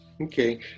Okay